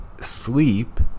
sleep